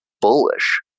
bullish